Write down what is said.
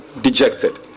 Dejected